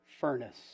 furnace